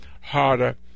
harder